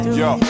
yo